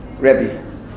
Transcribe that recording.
rebbe